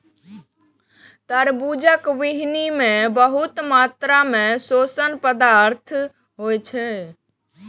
तरबूजक बीहनि मे बहुत मात्रा मे पोषक पदार्थ होइ छै